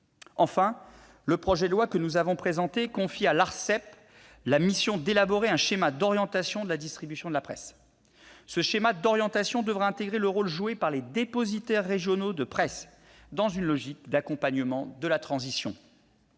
enfin, le projet de loi que nous présentons confie à l'Arcep la mission d'élaborer un schéma d'orientation de la distribution de la presse. Ce schéma d'orientation devra intégrer le rôle joué par les dépositaires régionaux de presse, dans une logique d'accompagnement de la transition.